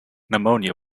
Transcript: pneumonia